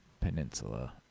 Peninsula